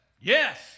Yes